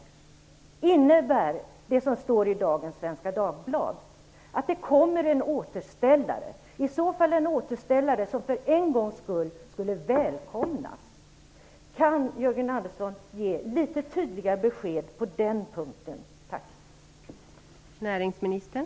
Min andra fråga är: Innebär det som står i Svenska Dagbladet i dag att det kommer en återställare, och i så fall en återställare som för en gångs skull skulle välkomnas? Jag hoppas att Jörgen Andersson kan ge litet tydligare besked på den punkten.